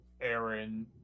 Aaron